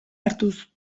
hartuz